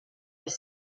les